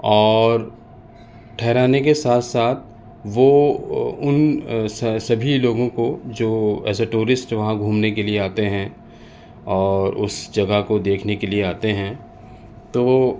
اور ٹھہرانے کے ساتھ ساتھ وہ ان سبھی لوگوں کو جو ایز اے ٹورسٹ وہاں گھومنے کے لیے آتے ہیں اور اس جگہ کو دیکھنے کے لیے آتے ہیں تو